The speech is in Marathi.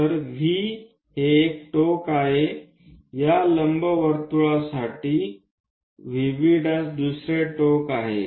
तर V हे एक टोक आहे या लंबवर्तुळासाठी V' दुसरे टोक आहे